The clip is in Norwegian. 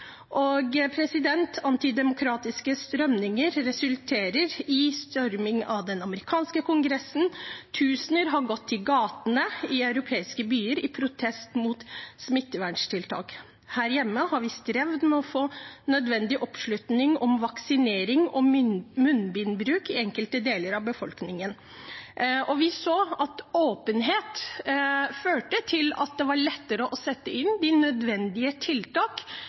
Antidemokratiske strømninger har resultert i storming av den amerikanske kongressen, og tusener har gått i gatene i europeiske byer i protest mot smitteverntiltak. Her hjemme har vi strevd med å få nødvendig oppslutning om vaksinering og munnbindbruk i enkelte deler av befolkningen. Vi så at åpenhet førte til at det var lettere å sette inn nødvendige tiltak